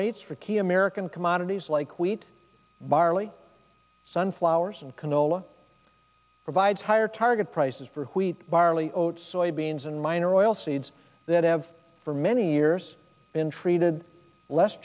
rates for key american commodities like wheat barley sunflowers and canola provides higher target prices for wheat barley oats soybeans and minor oilseeds that have for many years in treated less